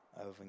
over